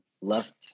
left